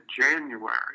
January